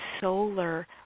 solar